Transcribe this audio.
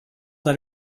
that